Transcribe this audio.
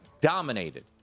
dominated